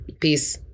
Peace